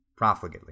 profligately